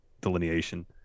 delineation